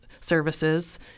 services